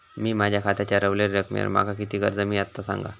मी माझ्या खात्याच्या ऱ्हवलेल्या रकमेवर माका किती कर्ज मिळात ता सांगा?